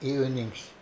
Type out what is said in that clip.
Evenings